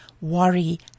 worry